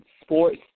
sports